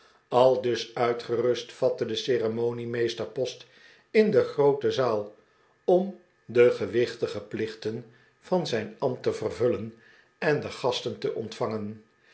aldus uitgerust vatte de ceremoniemeester post in de groote zaal om de gewichtige plichten van zijn ambt'te vervullen en de gasten te ontvangen